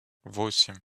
восемь